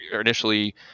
initially